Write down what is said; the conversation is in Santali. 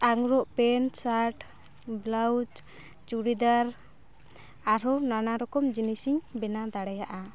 ᱟᱜᱽᱨᱚᱵ ᱯᱮᱱᱴ ᱥᱟᱴ ᱵᱞᱟᱣᱩᱡᱽ ᱪᱩᱲᱤᱫᱟᱨ ᱟᱨᱦᱚᱸ ᱱᱟᱱᱟ ᱨᱚᱠᱚᱢ ᱡᱤᱱᱤᱥᱤᱧ ᱵᱮᱱᱟᱣ ᱫᱟᱲᱮᱭᱟᱜᱼᱟ